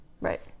Right